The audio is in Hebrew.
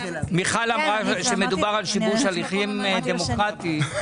מיכל אמרה שמדובר על שיבוש הליכים דמוקרטיים.